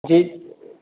जी